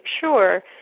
sure